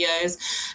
videos